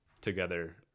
together